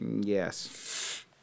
yes